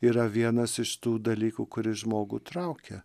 yra vienas iš tų dalykų kuri žmogų traukia